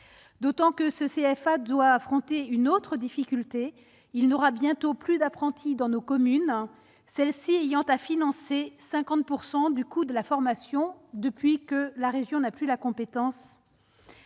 D'autant que ce centre doit affronter une autre difficulté : il ne trouvera bientôt plus d'apprentis dans nos communes, celles-ci devant financer 50 % du coût de la formation depuis le retrait de la compétence